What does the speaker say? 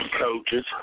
coaches